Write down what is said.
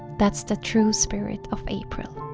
that's the true spirit of april